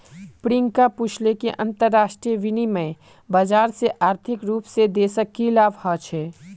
प्रियंका पूछले कि अंतरराष्ट्रीय विनिमय बाजार से आर्थिक रूप से देशक की लाभ ह छे